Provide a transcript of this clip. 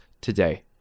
today